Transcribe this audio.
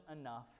enough